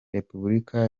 repubulika